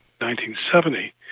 1970